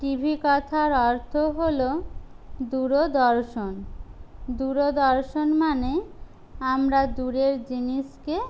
TV কথার অর্থ হল দূরদর্শন দূরদর্শন মানে আমরা দূরের জিনিসকে